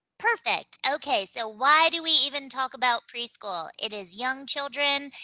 perfect. okay. so why do we even talk about preschool? it is young children,